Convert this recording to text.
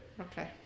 Okay